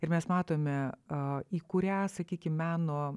ir mes matome a į kurią sakykim meno